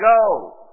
go